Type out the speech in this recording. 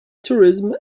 tourism